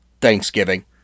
Thanksgiving